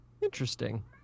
Interesting